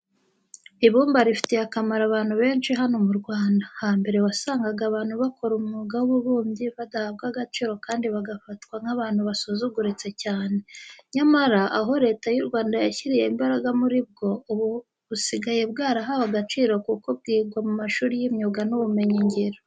Ibumba rifitiye akamaro abantu benshi hano mu Rwanda. Hambere, wasangaga abantu bakora umwuga w'ububumbyi badahabwa agaciro kandi bagafatwa nk'abantu basuzuguritse cyane. Nyamara, aho Leta y'u Rwanda yashyiriye imbaraga muri bwo, ubu busigaye bwarahawe agaciro kuko bwigwa mu mashuri y'imyuga n'ubumenyingiro.